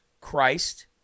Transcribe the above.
Christ